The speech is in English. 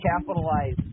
capitalize